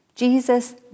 Jesus